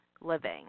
living